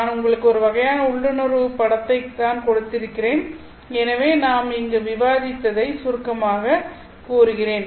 நான் உங்களுக்கு ஒரு வகையான உள்ளுணர்வு படத்தைக் தான் கொடுத்திருக்கிறேன் எனவே நாம் இங்கு விவாதிப்பதை சுருக்கமாகக் கூறுகிறேன்